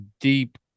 deep